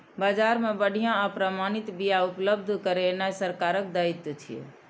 बाजार मे बढ़िया आ प्रमाणित बिया उपलब्ध करेनाय सरकारक दायित्व छियै